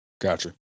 Gotcha